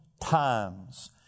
Times